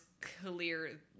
clear